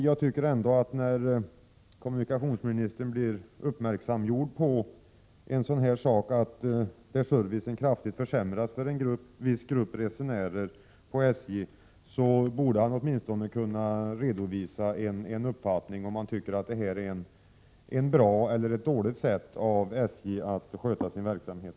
Jag tycker emellertid, att när kommunikationsministern görs uppmärksam på att SJ kraftigt försämrat servicen för en viss grupp resenärer, så borde han åtminstone kunna redovisa en uppfattning och tala om huruvida han tycker att detta är ett bra eller ett dåligt sätt av SJ att sköta sin verksamhet.